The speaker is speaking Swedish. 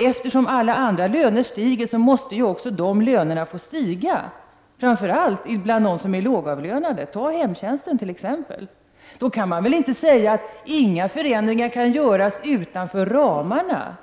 Eftersom alla andar löner stiger måste också de lönerna få stiga, framför allt bland dem som är lågavlönade, t.ex. inom hemtjänsten. Då kan man inte säga att inga förändringar kan göras utanför ramarna.